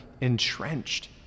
entrenched